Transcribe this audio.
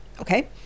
Okay